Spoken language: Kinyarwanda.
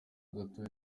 gatoya